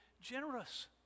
generous